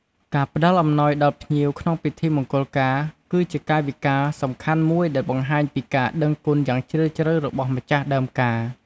ការផ្តល់អំណោយដល់ភ្ញៀវក្នុងពិធីមង្គលការ គឺជាកាយវិការសំខាន់មួយដែលបង្ហាញពីការដឹងគុណយ៉ាងជ្រាលជ្រៅរបស់ម្ចាស់ដើមការ។